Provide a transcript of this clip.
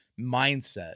mindset